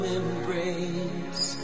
embrace